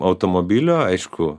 automobilio aišku